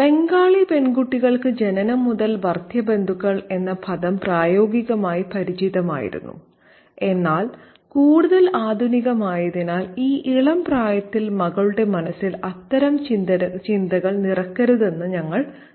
ബംഗാളി പെൺകുട്ടികൾക്ക് ജനനം മുതൽ ഭർതൃബന്ധുക്കൾ എന്ന പദം പ്രായോഗികമായി പരിചിതമായിരുന്നു എന്നാൽ കൂടുതൽ ആധുനികമായതിനാൽ ഈ ഇളം പ്രായത്തിൽ മകളുടെ മനസ്സിൽ അത്തരം ചിന്തകൾ നിറയ്ക്കരുതെന്ന് ഞങ്ങൾ തീരുമാനിച്ചു